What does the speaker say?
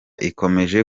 ikomeje